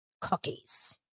cookies